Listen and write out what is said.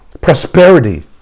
prosperity